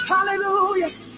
Hallelujah